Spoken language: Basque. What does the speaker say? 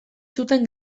zuten